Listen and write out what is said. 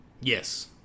Yes